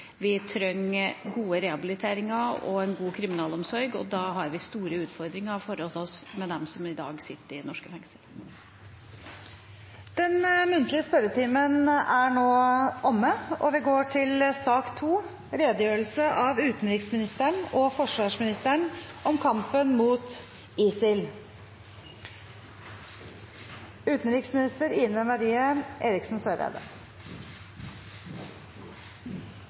vi trenger god rehabilitering og en god kriminalomsorg, og da har vi store utfordringer foran oss med dem som i dag sitter i norske fengsler. Den muntlige spørretimen er nå omme. La meg først få takke for muligheten til igjen å redegjøre for Norges engasjement i kampen mot ISIL